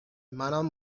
منم